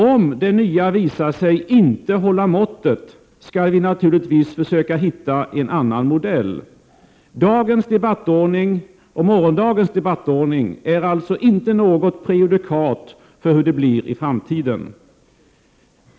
Om det nya visar sig inte hålla måttet skall vi naturligtvis försöka hitta en annan modell. Dagens och morgondagens debattordning är alltså inte något prejudikat för hur det blir i framtiden.